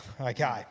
Okay